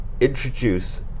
introduce